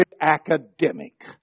academic